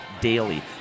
daily